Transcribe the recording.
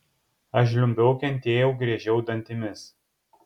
aš žliumbiau kentėjau griežiau dantimis